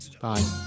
Bye